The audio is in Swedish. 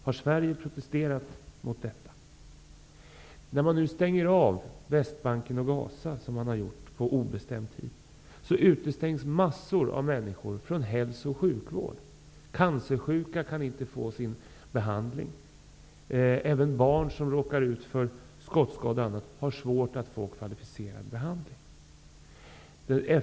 Har Sverige protesterat mot detta? När man nu, som man har gjort, stänger av Västbanken och Gaza på obestämd tid utestängs massor av människor från hälso och sjukvård: Cancersjuka kan inte få sin behandling, och även barn som råkar ut för skottskador och annat har svårt att få kvalificerad behandling.